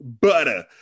butter